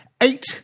eight